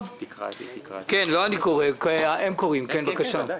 קראי בבקשה את הצעת החוק.